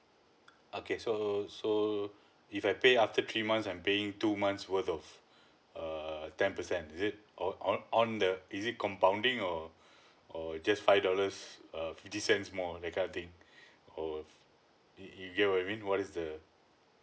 okay so so if I pay after three months I'm paying two months worth of err ten percent is it or on on on the is it compounding or or it just five dollars uh fifty cents more that kind of thing or if you you get what i mean what is the